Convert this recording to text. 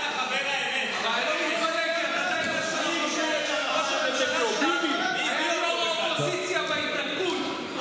חושבת שראש הממשלה היה ראש האופוזיציה בהתנתקות.